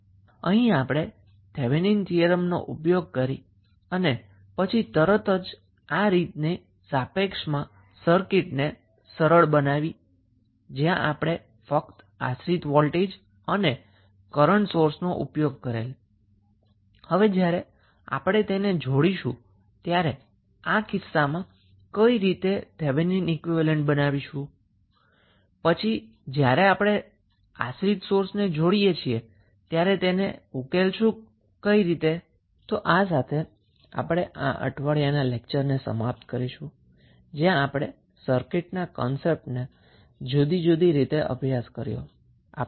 અહીં આપણે થેવેનિન થીયરમનો ઉપયોગ કર્યો હતો અને પછી તરત જ આ મેથડની સાપેક્ષમાં સર્કિટને સરળ બનાવી જ્યાં આપણે ફક્ત ડિપેન્ડન્ટ વોલ્ટેજ અને કરન્ટ સોર્સનો ઉપયોગ કરેલો જ્યારે આપણે તેને જોડીશું ત્યારે આ કિસ્સામાં કઈ રીતે થેવેનિન ઈક્વીવેલેન્ટ બનાવીશું અને કઈ રીતે સર્કીટને ઉકેલીશું જ્યારે આપણી પાસે ડિપેન્ડન્ટ સોર્સ જોડેલ હોય છે તો આ સાથે આપણે આ અઠવાડીયાના લેક્ચરને સમાપ્ત કરીશું જ્યાં આપણે સર્કિટના કી કન્સેપ્ટનો જુદી જુદી રીતે અભ્યાસ કર્યો